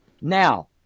now